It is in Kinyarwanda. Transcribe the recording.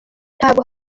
ntabwo